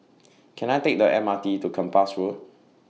Can I Take The M R T to Kempas Road